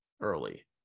early